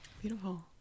Beautiful